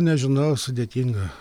nežinau sudėtinga